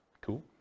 Cool